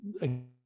again